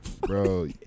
bro